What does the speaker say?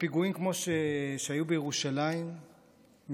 בפיגועים כמו שהיו בירושלים,